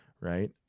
right